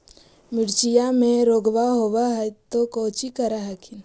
मिर्चया मे रोग्बा होब है तो कौची कर हखिन?